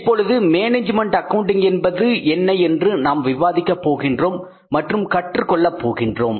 இப்பொழுது management accounting என்பது என்ன என்று நாம் விவாதிக்கப் போகிறோம் மற்றும் கற்றுக் கொள்ளப் போகின்றோம்